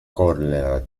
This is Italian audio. collera